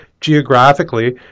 geographically